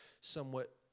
somewhat